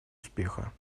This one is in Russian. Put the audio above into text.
успеха